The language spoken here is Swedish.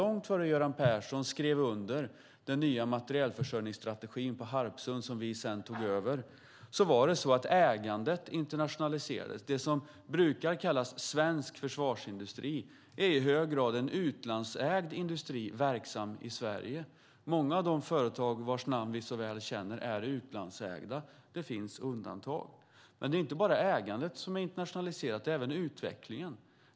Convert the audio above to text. Långt innan Göran Persson skrev under den nya materielförsörjningsstrategin på Harpsund - vi tog sedan över den - internationaliserades ägandet. Det som brukar kallas svensk försvarsindustri är i hög grad en utlandsägd industri verksam i Sverige. Många av de företag vars namn vi så väl känner är utlandsägda. Det finns undantag. Det är dock inte bara ägandet som är internationaliserat utan också utvecklingen.